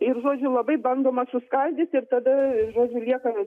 ir žodžiu labai bandoma suskaldyti ir tada žodžiu lieka